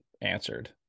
answered